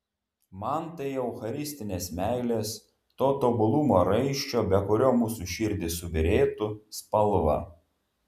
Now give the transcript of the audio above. man tai eucharistinės meilės to tobulumo raiščio be kurio mūsų širdys subyrėtų spalva